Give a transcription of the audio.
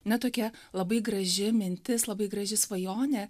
na tokia labai graži mintis labai graži svajonė